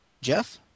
Jeff